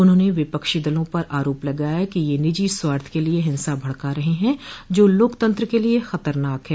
उन्होंने विपक्षी दलों पर आरोप लगाया कि ये निजी स्वार्थ के लिये हिंसा भड़का रहे हैं जो लोकतंत्र के लिए खतरनाक है